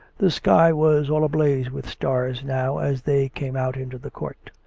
the sky was all ablaze with stars now as they came out into the court.